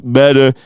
better